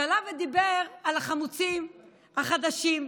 שעלה ודיבר על החמוצים החדשים?